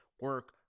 Work